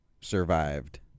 survived